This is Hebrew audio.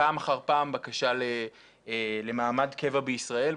פעם אחר פעם בקשה למעמד קבע בישראל.